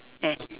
eh